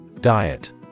Diet